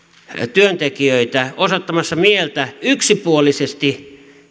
työntekijöitä osoittamassa mieltä yksipuolisesti